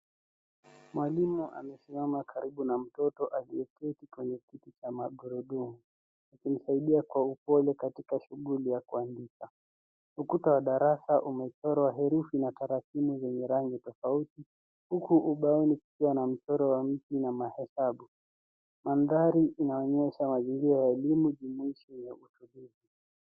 Mwalimu amesimama karibu na mtoto aliyeketi kwenye kiti cha magurudumu akimsaidia kwa upole katika shughuli ya kuandika. Ukuta wa darasa umechorwa herufi na karatini zenye rangi tofauti huku ubaoni kukiwa na mchoro wa mtu na mahesabu. Mandhari inaonyesha mazingira ya elimu jumuishi.